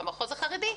את המחוז החרדי,